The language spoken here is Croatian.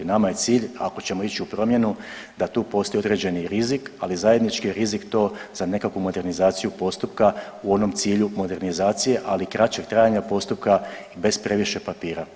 Nama je cilj ako ćemo ići u promjenu da tu postoji određeni rizik, ali zajednički je rizik to za nekakvu modernizaciju postupka u onom cilju modernizacije ali i kraćeg trajanja postupka bez previše papira.